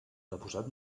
deposat